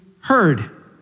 heard